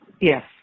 yes